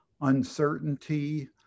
uncertainty